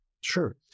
Sure